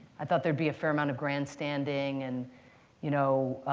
i thought there'd be a fair amount of grandstanding and you know